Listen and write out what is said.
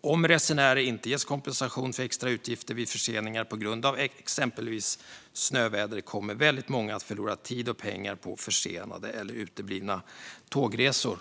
Om resenärer inte ges kompensation för extra utgifter vid förseningar på grund av exempelvis snöväder kommer väldigt många att förlora tid och pengar på försenade eller uteblivna tågresor.